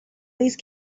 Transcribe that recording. least